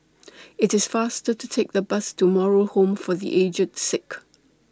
IT IS faster to Take The Bus to Moral Home For The Aged Sick